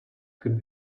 could